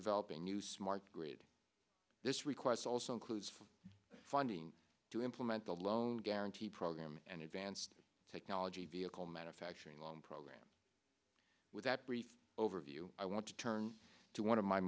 develop a new smart grid this request also includes funding to implement the loan guarantee program and advanced technology vehicle manufacturing long program that brief overview i want to turn to one of my